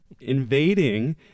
invading